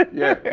yeah.